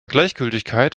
gleichgültigkeit